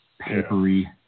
papery